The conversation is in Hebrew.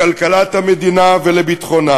לכלכלת המדינה ולביטחונה.